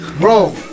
Bro